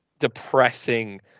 depressing